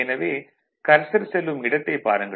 எனவே கர்சர் செல்லும் இடத்தைப் பாருங்கள்